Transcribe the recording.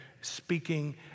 speaking